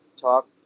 talk